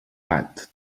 gat